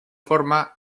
forma